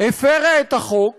הפרה את החוק